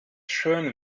schön